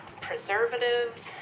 preservatives